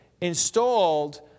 installed